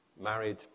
married